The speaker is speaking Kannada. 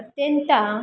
ಅತ್ಯಂತ